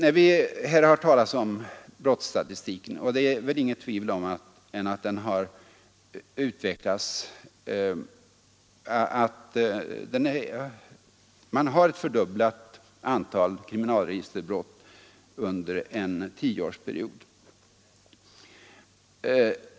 Vi har här hört talas om brottsstatistiken, och det är väl inget tvivel om att man har ett fördubblat antal kriminalregisterbrott under en tioårsperiod.